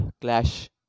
clash